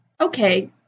Okay